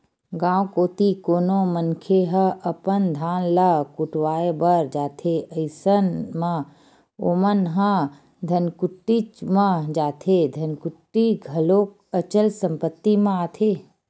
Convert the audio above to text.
गाँव कोती कोनो मनखे ह अपन धान ल कुटावय बर जाथे अइसन म ओमन ह धनकुट्टीच म जाथे धनकुट्टी घलोक अचल संपत्ति म आथे